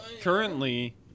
Currently